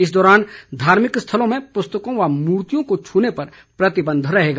इस दौरान धार्मिक स्थलों में पुस्तकों व मूर्तियों को छूने पर प्रतिबंध रहेगा